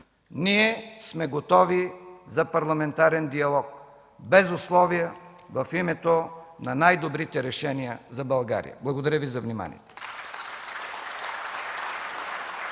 Ние сме готови за парламентарен диалог без условия, в името на най-добрите решения за България. Благодаря Ви за вниманието.